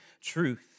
truth